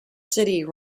city